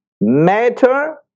Matter